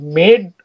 made